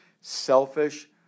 Selfish